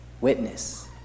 witness